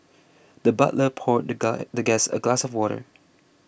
the butler poured the the guest a glass of water